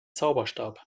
zauberstab